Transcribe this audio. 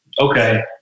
Okay